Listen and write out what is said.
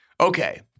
Okay